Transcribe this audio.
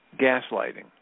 gaslighting